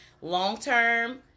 long-term